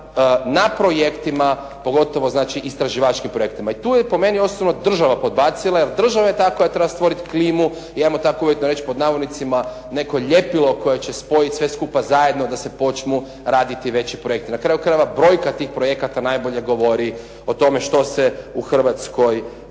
na projektima, pogotovo znači istraživačkim projektima. I tu je po meni osobno država podbacila, jer država je ta koja treba stvoriti klimu i ajmo tako uvjetno reć pod navodnicima neko ljepilo koje će spojiti sve skupa zajedno da se počnu raditi veći projekti. Na kraju krajeva brojka tih projekata najbolje govori o tome što se u Hrvatskoj